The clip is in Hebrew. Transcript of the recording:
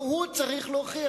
לא הוא צריך להוכיח.